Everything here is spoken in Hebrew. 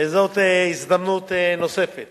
וזאת הזדמנות נוספת